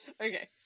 Okay